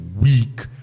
weak